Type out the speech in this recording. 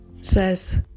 says